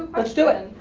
let's do it.